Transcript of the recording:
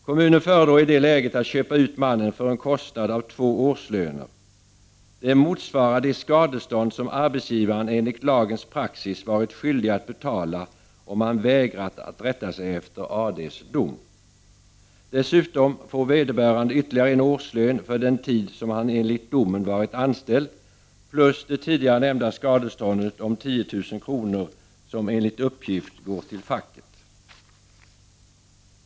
Kommunen föredrog i det läget att ”köpa ut” mannen för en kostnad av två årslöner. Det motsvarar det skadestånd som arbetsgivaren enligt lagens praxis varit skyldig att betala, om man vägrat att rätta sig efter AD:s dom. Dessutom får vederbörande ytterligare en årslön för den tid som han enligt domen varit anställd, plus det tidigare nämnda skadeståndet om 10 000 kr., som enligt uppgift går till facket.